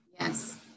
Yes